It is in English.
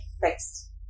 fixed